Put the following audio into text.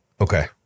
Okay